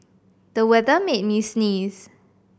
the weather made me sneeze